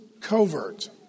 covert